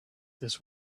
this